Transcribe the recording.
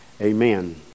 Amen